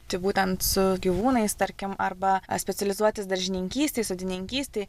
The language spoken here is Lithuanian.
tai būtent su gyvūnais tarkim arba specializuotis daržininkystėj sodininkystėj